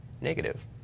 negative